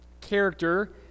character